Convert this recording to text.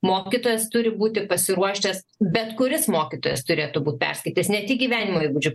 mokytojas turi būti pasiruošęs bet kuris mokytojas turėtų būt perskaitęs ne tik gyvenimo įgūdžių